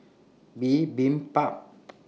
Bibimbap